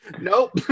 Nope